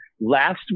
last